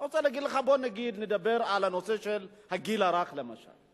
בוא נגיד שנדבר על נושא הגיל הרך למשל.